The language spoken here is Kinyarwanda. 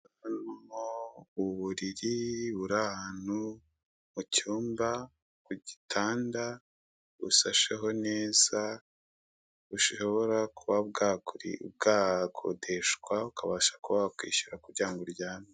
Harimo uburiri buri ahantu mu cyumba ku gitanda bushasheho neza, bushobora kuba bwakodeshwa ukabasha kuba wakishyura kugira ngo uryame.